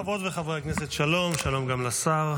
חברות וחברי הכנסת, שלום, שלום גם לשר.